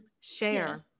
Share